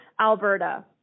Alberta